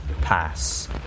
pass